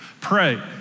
Pray